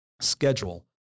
schedule